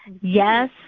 yes